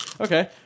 Okay